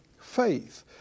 faith